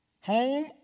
home